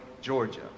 Georgia